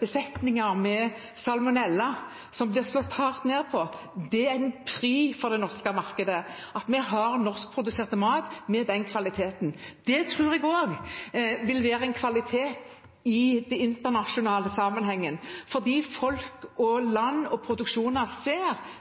besetninger med salmonella, som blir slått hardt ned på, er et pre for det norske markedet – at vi har norskprodusert mat med den kvaliteten. Det tror jeg også vil være en kvalitet i internasjonal sammenheng, fordi folk og land og produksjoner ser